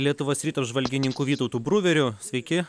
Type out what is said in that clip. lietuvos ryto apžvalgininku vytautu bruveriu sveiki